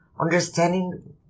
understanding